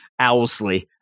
owlsley